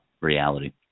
reality